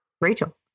Rachel